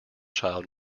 child